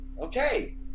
Okay